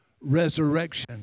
resurrection